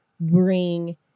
bring